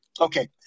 Okay